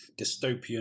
dystopian